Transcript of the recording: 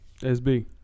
SB